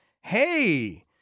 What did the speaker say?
Hey